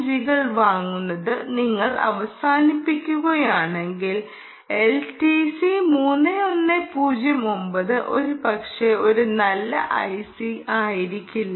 ജികൾ വാങ്ങുന്നത് നിങ്ങൾ അവസാനിപ്പിക്കുകയാണെങ്കിൽ എൽടിസി 3109 ഒരുപക്ഷേ ഒരു നല്ല ഐസി ആയിരിക്കില്ല